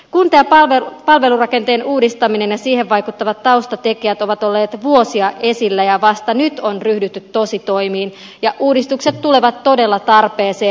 kunta ja palvelurakenteen uudistaminen ja siihen vaikuttavat taustatekijät ovat olleet vuosia esillä ja vasta nyt on ryhdytty tositoimiin ja uudistukset tulevat todella tarpeeseen